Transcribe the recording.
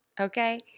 Okay